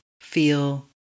feel